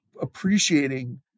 appreciating